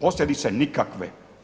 Posljedice nikakve.